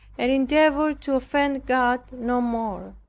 and endeavored to offend god no more.